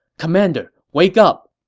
commander, wake up!